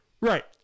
Right